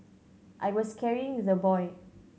I was carrying the boy